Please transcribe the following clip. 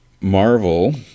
marvel